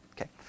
Okay